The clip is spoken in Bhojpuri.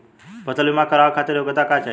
फसल बीमा करावे खातिर योग्यता का चाही?